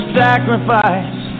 sacrifice